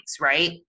right